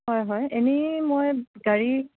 হয় হয় এনেই মই গাড়ী